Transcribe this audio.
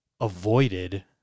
avoided